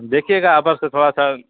دیکھیے گا آپ سے تھوڑا سا